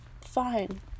fine